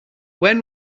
when